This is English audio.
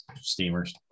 steamers